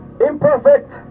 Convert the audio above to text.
imperfect